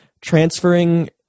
transferring